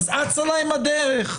אז אצה להם הדרך.